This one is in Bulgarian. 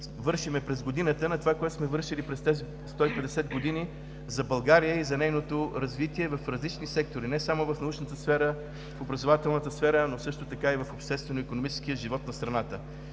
вършим през годината, но и това, което сме вършили през тези 150 години за България и за нейното развитие в различни сектори – не само в научната сфера, образователната сфера, но също така и в обществено-икономическия живот на страната.